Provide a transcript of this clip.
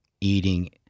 eating